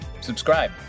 subscribe